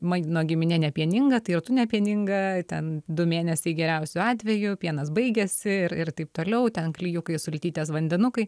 maitino giminė nepieninga tai ir tu nepieninga ten du mėnesiai geriausiu atveju pienas baigiasi ir ir taip toliau ten klijukai sultytės vandenukai